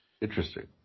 Interesting